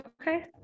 Okay